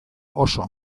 oso